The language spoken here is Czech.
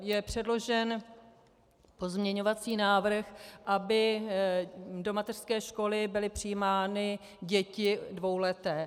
Je předložen pozměňovací návrh, aby do mateřské školy byly přijímány děti dvouleté.